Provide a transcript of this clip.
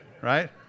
Right